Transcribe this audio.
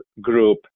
group